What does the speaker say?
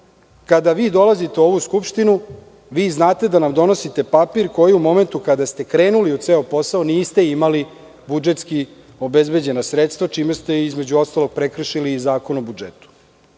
kada vi dolazite u ovu Skupštinu znate da nam donosite papir, a u momentu kada ste krenuli u ceo posao niste imali budžetski obezbeđena sredstva, čime ste između ostalog prekršili i Zakon o budžetu.